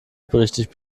richtig